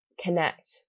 connect